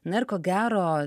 na ir ko gero